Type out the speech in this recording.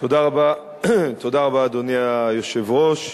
אדוני היושב-ראש,